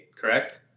correct